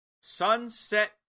sunset